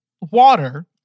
water